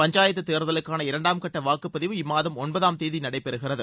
பஞ்சாயத்து தேர்தலுக்கான இரண்டாம் கட்ட வாக்குப் பதிவு இம்மாதம் ஒன்பதாம் தேதி நடைபெறுகிறது